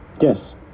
Yes